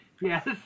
Yes